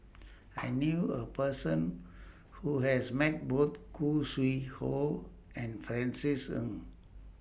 I knew A Person Who has Met Both Khoo Sui Hoe and Francis Ng